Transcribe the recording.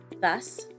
Thus